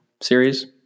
Series